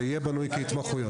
זה יהיה בנוי כהתמחויות.